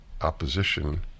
opposition